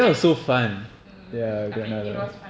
that mm okay it was fun